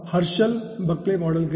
Herschelle Bulkley model के लिए